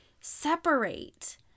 separate